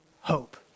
hope